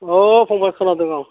अ फंबाय खोनादों आं